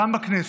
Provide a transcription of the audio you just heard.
גם בכנסת.